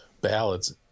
ballads